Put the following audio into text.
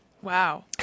Wow